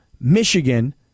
Michigan